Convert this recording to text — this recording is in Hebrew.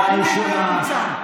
לא רלוונטי לתהליך השחיתות שהם עברו.